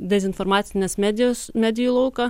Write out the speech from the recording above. dezinformacines medijos medijų lauką